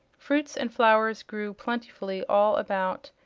fruits and flowers grew plentifully all about,